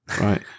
right